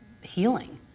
healing